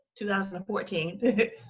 2014